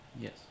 yes